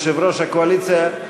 יושב-ראש הקואליציה,